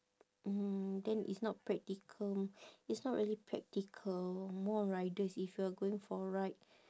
mm then it's not practical it's not really practical more riders if you're going for a ride